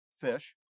Fish